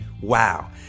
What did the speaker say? Wow